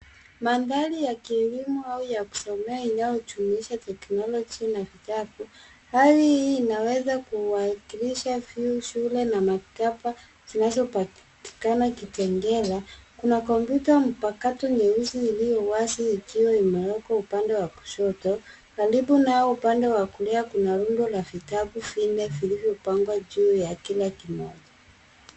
Mandhari ya kilimo au ya kusomea inayojumuisha technology na vitabu. Hali hii inaweza kuwakilisha vyuo, shule, na maktaba zinazopatikana Kitengela. Kuna kompyuta mpakato nyeusi iliyo wazi ikiwa imewekwa upande wa kushoto. Karibu nayo upande wa kulia kuna rundo la vitabu vinne vilivyopangwa juu ya kila kimoja.